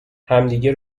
همدیگه